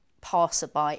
passerby